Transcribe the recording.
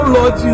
Lord